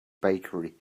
bakery